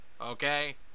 Okay